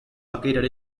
located